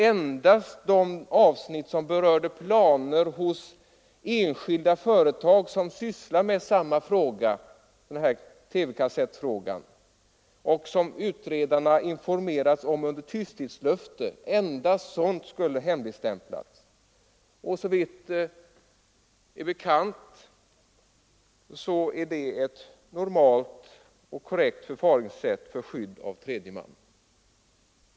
Endast de ansnitt som berörde planer hos enskilda företag som sysslar med TV-kassettfrågor och som utredarna informerats om under tysthetslöfte skulle hemligstämplas. Detta är ett normalt och korrekt förfaringssätt för skydd av tredje man.